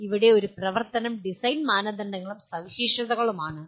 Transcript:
അതിനാൽ ഇവിടെ ഒരു പ്രവർത്തനം ഡിസൈൻ മാനദണ്ഡങ്ങളും സവിശേഷതകളും ആണ്